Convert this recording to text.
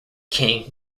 king